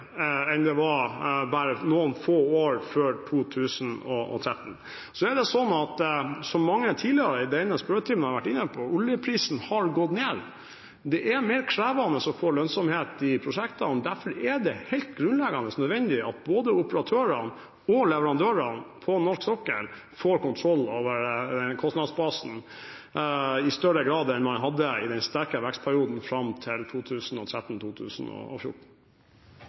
enn det var bare noen få år før 2013. Så er det slik, som mange tidligere i denne spørretimen har vært inne på, at oljeprisen har gått ned. Det er mer krevende å få lønnsomhet i prosjektene, og derfor er det helt grunnleggende nødvendig at både operatørene og leverandørene på norsk sokkel får kontroll over kostnadsbasen i større grad enn man hadde i den sterke vekstperioden fram til